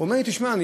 הוא אומר לי: תשמע,